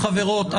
חברות,